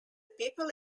people